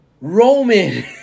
Roman